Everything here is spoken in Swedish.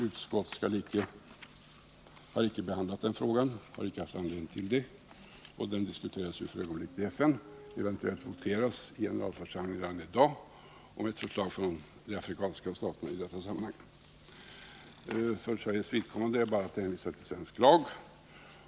Utskottet har icke behandlat den frågan — vi har icke haft anledning att göra 69 det. Den diskuteras för ögonblicket i FN. Eventuellt voteras det i generalförsamlingen redan i dag om ett förslag från de afrikanska staterna i detta sammanhang. För Sveriges vidkommande är bara att hänvisa till svensk lag.